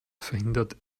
verhindert